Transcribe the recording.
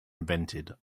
invented